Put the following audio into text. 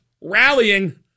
rallying